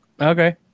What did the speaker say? Okay